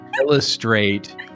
illustrate